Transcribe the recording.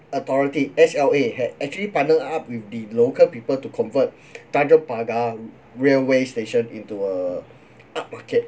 authority S_L_A had actually partnered up with the local people to convert tanjong pagar railway station into a up-market